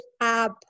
app